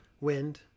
wind